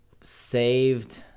saved